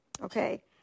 Okay